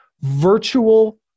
virtual